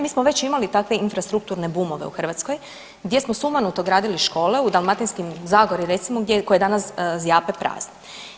Mi smo već imali takve infrastrukturne bumove u Hrvatskoj, gdje smo sumanuto gradili škole u Dalmatinskoj zagori, koje danas zjape prazne.